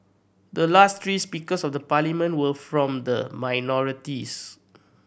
the last three Speakers of the Parliament were from the minorities